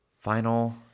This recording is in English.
final